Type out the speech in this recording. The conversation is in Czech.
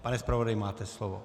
Pane zpravodaji, máte slovo.